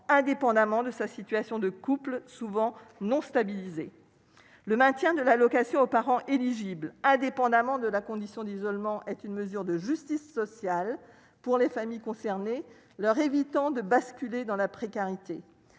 indépendamment de sa situation de couple souvent non stabilisée, le maintien de l'allocation aux parents éligible à des. Prudemment, de la condition d'isolement est une mesure de justice sociale pour les familles concernées, leur évitant de basculer dans la précarité,